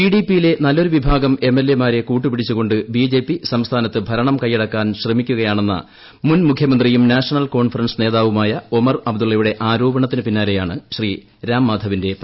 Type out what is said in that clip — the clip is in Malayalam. പി ഡി പിയിലെ നല്ലൊരു വിഭാഗം എള് എൽ ്എമാരെ കൂട്ടുപിടിച്ചുകൊണ്ട് ബി ജെ പി സംസ്ഥാനത്ത് ഭരണം ക്കെയടക്കാൻ ശ്രമിക്കുകയാണെന്ന മുൻമുഖ്യമന്ത്രിയും നാഷണ്ണൽ കോൺഫറൻസ് നേതാവുമായ ഒമർ അബ്ദുള്ളയുടെ ആരോപ്പിണ്ണത്തിന് പിന്നാലെയാണ് ശ്രീ രാം മാധവിന്റെ പ്രതികരണം